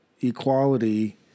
equality